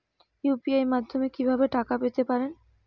UPI মাধ্যমে কি ভাবে টাকা পেতে পারেন?